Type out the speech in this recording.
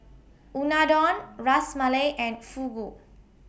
Unadon Ras Malai and Fugu